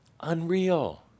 Unreal